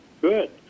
good